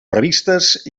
previstes